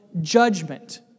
judgment